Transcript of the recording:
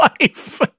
life